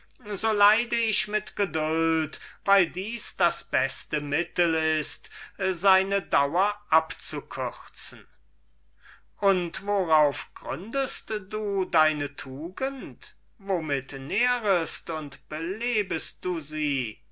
so leide ich mit geduld weil dieses das beste mittel ist seine dauer abzukürzen agathon und worauf gründest du deine tugend womit nährest und belebest du sie